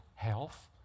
Health